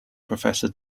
professor